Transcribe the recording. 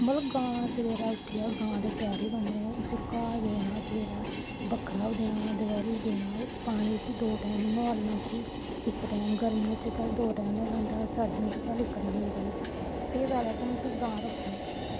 मतलब सवैरे उट्ठियै गां दे पैरे बंदने उस्सी घाऽ देना सवैरे बक्खरा देना पानी उस्सी दो टैम नोहालनां उस्सी इक टैम गर्मियां च दो टैम नेईं नलोंदा चस सर्दियै च इक टैम गै सेही एह् गल्ल आक्खनी कि गां रक्खो